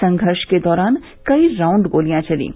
संघर्ष के दौरान कई राउंड गोलियां चलीं